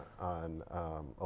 on